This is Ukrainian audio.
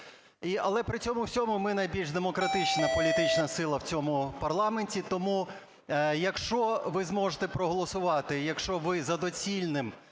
Але при цьому всьому ми – найбільш демократична політична сила в цьому парламенті. Тому, якщо ви зможете проголосувати, якщо ви за доцільним